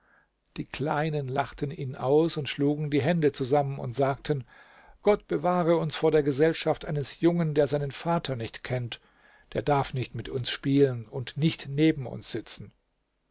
die kleinen lachten ihn aus und schlugen die hände zusammen und sagten gott bewahre uns vor der gesellschaft eines jungen der seinen vater nicht kennt der darf nicht mit uns spielen und nicht neben uns sitzen